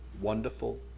Wonderful